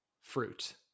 fruit